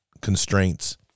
constraints